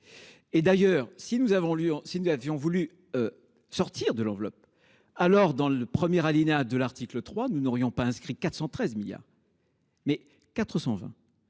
nous avons Lyon si nous avions voulu. Sortir de l'enveloppe. Alors dans le premier alinéa de l'article 3, nous n'aurions pas inscrit 413 milliards. Mais 420,